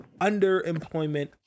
underemployment